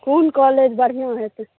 कोन कॉलेज बढ़िऑं हेतै